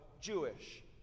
Jewish